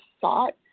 sought